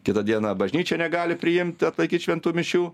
kitą dieną bažnyčia negali priimt atlaikyt šventų mišių